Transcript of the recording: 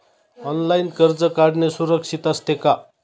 Online कर्ज काढणे सुरक्षित असते का?